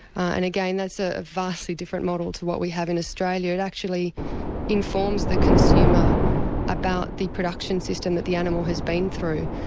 and again, that's a vastly different model to what we have in australia. it actually informs the consumer about the production system that the has been through,